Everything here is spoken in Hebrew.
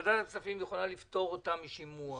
ועדת הכספים יכולה לפטור אותם משימוע.